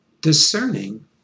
discerning